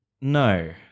No